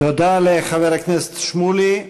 תודה לחבר הכנסת שמולי.